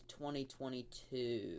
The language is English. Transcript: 2022